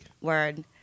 Word